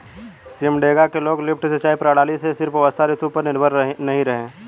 सिमडेगा के लोग लिफ्ट सिंचाई प्रणाली से सिर्फ वर्षा ऋतु पर निर्भर नहीं रहे